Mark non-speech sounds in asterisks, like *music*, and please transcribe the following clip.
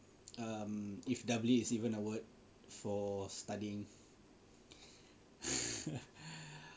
um if doubly is even a word for studying *noise*